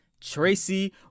Tracy